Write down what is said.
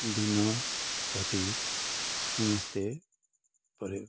ଦିନ କାଟି ସମସ୍ତେ ପରେ